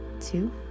two